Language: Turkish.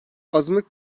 azınlık